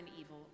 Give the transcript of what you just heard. evil